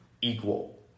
equal